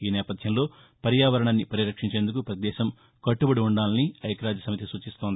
ఈ నేపథ్యంలో పర్యావరణాన్ని పరిరక్షించేందుకు ప్రతి దేశం కట్లబడి ఉండాలని ఐక్యరాస్యసమితి సూచిస్తోంది